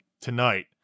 tonight